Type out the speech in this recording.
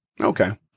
Okay